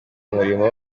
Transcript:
umurimo